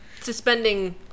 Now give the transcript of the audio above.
suspending